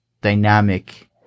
dynamic